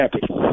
happy